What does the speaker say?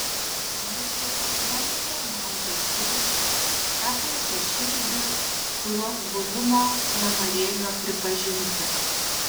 maiklui mauste maudė širdį tą pačią širdį kurios buvimo nenorėjo pripažinti